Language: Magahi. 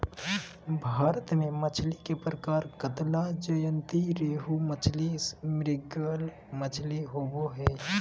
भारत में मछली के प्रकार कतला, ज्जयंती रोहू मछली, मृगल मछली होबो हइ